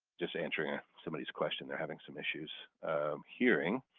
just answering somebody's question. they're having some issues hearing.